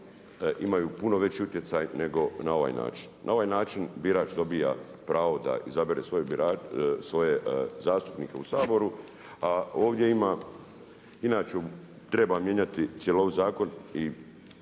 imaju puno veći utjecaj nego na ovaj način. Na ovaj način birač dobiva pravo da izabere svoje zastupnike u Saboru. A ovdje ima, inače treba mijenjati cjelovit zakon i